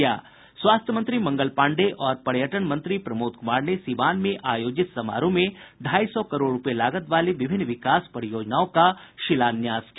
स्वास्थ्य मंत्री मंगल पाडेय और पर्यटन मंत्री प्रमोद कुमार ने सिवान में आयोजित समारोह में ढ़ाई सौ करोड़ रुपये लागत वाली विभिन्न विकास परियोजनाओं का शिलान्यास किया